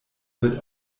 wird